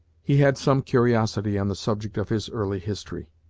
he had some curiosity on the subject of his early history.